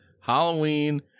Halloween